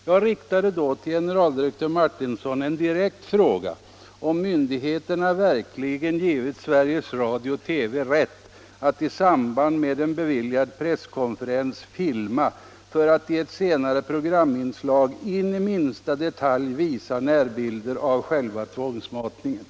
Jag riktade då till generaldirektör Martinsson en direkt fråga om myndigheterna verkligen givit Sveriges Radio/TV rätt att i samband med en beviljad presskonferens filma för att i ett senare programinslag in i minsta detalj visa närbilder av själva tvångsmatningen.